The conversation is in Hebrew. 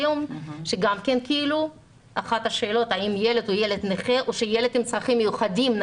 שגם אחת השאלות אם ילד הוא ילד נכה או ילד עם צרכים מיוחדים.